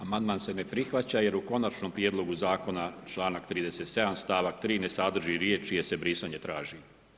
Amandman se ne prihvaća jer u konačnom prijedloga zakona članak 37. stavak 33 ne sadrži riječ jer se brisanje traži.